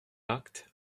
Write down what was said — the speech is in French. acte